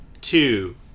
two